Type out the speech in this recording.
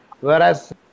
whereas